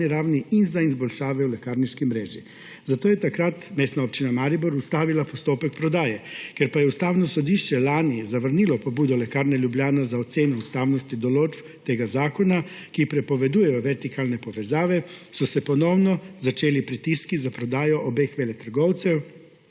ravni in za izboljšave v lekarniški mreži. Zato je takrat Mestna občina Maribor ustavila postopek prodaje. Ker pa je Ustavno sodišče lani zavrnilo pobudo Lekarne Ljubljana za oceno ustavnosti določb tega zakona, ki prepovedujejo vertikalne povezave, so se ponovno začeli pritiski za prodajo obeh veletrgovcev,